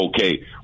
Okay